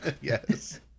Yes